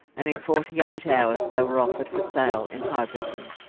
and in forty-eight hours they were offered for sale in hobarton,